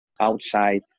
outside